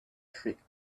shriek